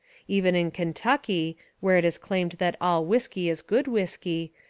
even in kentucky, where it is claimed that all whiskey is good whiskey,